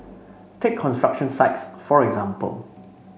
take construction sites for example